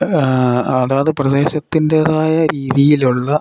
അതാത് പ്രദേശത്തിൻ്റെതായ രീതിയിലുള്ള